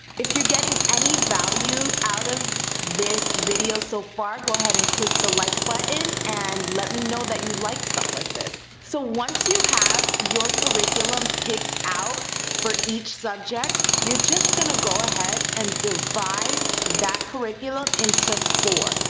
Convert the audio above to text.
if you're getting any value out of this video so far, go ahead and click the like button, and let me know that you like stuff like this. so once you have your curriculum picked out for each subject, you're just gonna go ahead and divide that curriculum into four,